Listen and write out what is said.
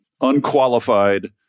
unqualified